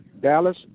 Dallas